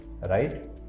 right